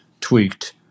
tweaked